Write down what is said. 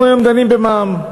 אנחנו היום דנים במע"מ.